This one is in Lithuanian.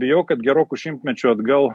bijau kad geroku šimtmečiu atgal